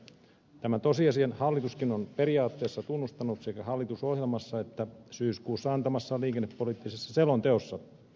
tämän tosiasian hallituskin on periaatteessa tunnustanut sekä hallitusohjelmassa että syyskuussa antamassaan liikennepoliittisessa selonteossa